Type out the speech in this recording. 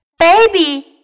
Baby